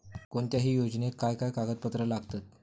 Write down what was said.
कोणत्याही योजनेक काय काय कागदपत्र लागतत?